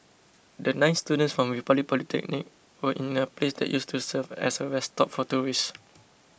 the nine students from Republic Polytechnic were in a place that used to serve as a rest stop for tourists